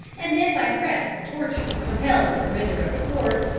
and then by threats of torture compel the surrender of the fort,